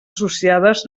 associades